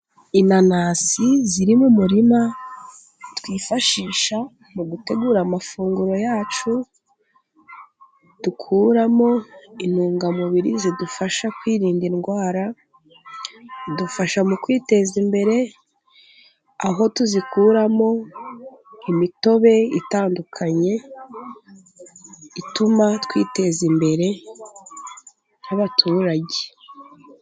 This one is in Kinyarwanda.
Inanasi ziri mu murima, twifashisha mu gutegura amafunguro yacu. Dukuramo intungamubiri zidufasha kwirinda indwara, zidufasha mu kwiteza imbere, aho tuzikuramo imitobe itandukanye, ituma twiteza imbere nk'abaturage.